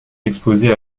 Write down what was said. exposée